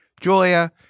Julia